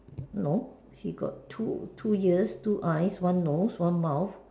no she got two two ears two eyes one nose one mouth